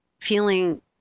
feeling